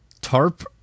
tarp